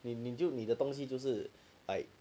你你就你东西就是 I